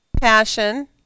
passion